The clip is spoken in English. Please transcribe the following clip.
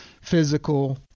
physical